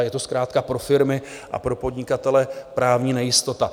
Je to zkrátka pro firmy a pro podnikatele právní nejistota.